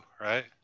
right